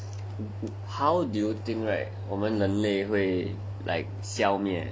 how do you think right 我们人类会 like 消灭